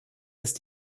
ist